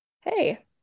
hey